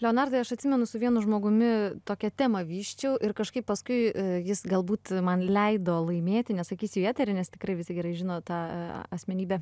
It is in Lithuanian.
leonardai aš atsimenu su vienu žmogumi tokią temą vysčiau ir kažkaip paskui jis galbūt man leido laimėti nesakysiu į eterį nes tikrai visi gerai žino tą asmenybę